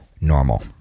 normal